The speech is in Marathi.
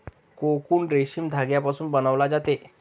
कोकून रेशीम धाग्यापासून बनवला जातो